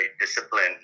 disciplined